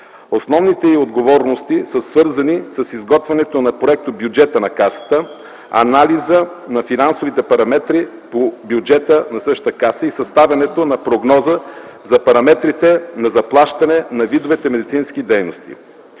Основните й отговорности са свързани с изготвянето на проектобюджета на Касата, анализа на финансовите параметри по бюджета на същата Каса и създаването на прогноза на параметрите на заплащане на видовете медицински дейности.